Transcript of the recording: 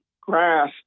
grass